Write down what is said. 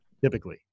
Typically